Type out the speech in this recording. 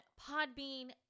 Podbean